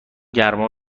گرما